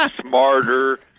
smarter